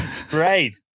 Great